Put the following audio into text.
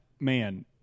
Man